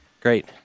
Great